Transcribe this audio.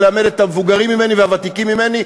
לכבד את המבוגרים ממני והוותיקים ממני.